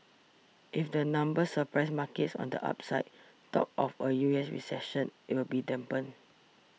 if the numbers surprise markets on the upside talk of a U S recession will be dampened